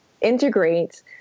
integrate